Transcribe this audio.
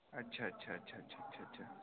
اچھا اچھا اچھا اچھا اچھا اچھا